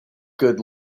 good